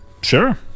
Sure